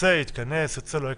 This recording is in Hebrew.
ירצה יכנס, לא ירצה לא יכנס.